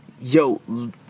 Yo